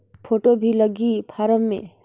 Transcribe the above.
Photo भी लगी form मे?